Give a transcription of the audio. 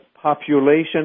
population